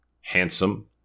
handsome